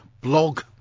blog